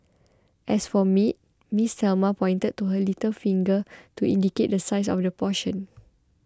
as for meat Miss Thelma pointed to her little finger to indicate the size of the portion